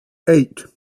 eight